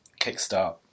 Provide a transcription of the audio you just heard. kickstart